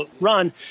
run